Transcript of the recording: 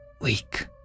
Weak